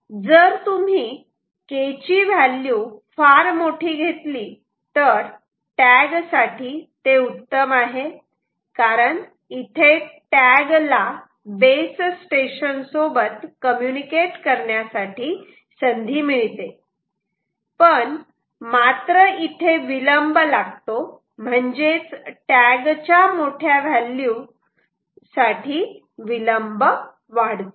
जर तुम्ही K ची व्हॅल्यू फार मोठी घेतली तर टॅग साठी ते उत्तम आहे कारण इथे टॅग ला बेस स्टेशन सोबत कम्युनिकेट करण्यासाठी संधी मिळते पण मात्र इथे विलंब लागतो म्हणजेच टॅग च्या मोठ्या व्हॅल्यू साठी विलंब वाढतो